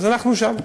אז אנחנו שם.